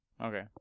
Okay